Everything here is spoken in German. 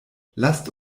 lasst